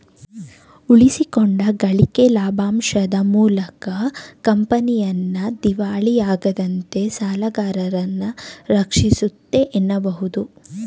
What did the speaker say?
ಉಳಿಸಿಕೊಂಡ ಗಳಿಕೆ ಲಾಭಾಂಶದ ಮೂಲಕ ಕಂಪನಿಯನ್ನ ದಿವಾಳಿಯಾಗದಂತೆ ಸಾಲಗಾರರನ್ನ ರಕ್ಷಿಸುತ್ತೆ ಎನ್ನಬಹುದು